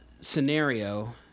scenario